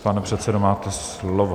Pane předsedo, máte slovo.